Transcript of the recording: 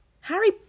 Harry